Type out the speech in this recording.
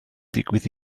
digwydd